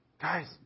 Guys